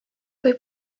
või